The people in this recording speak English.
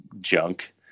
junk